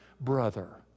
brother